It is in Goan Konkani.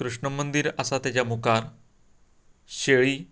कृष्ण मंदीर आसा तेज्या मुखार शेळी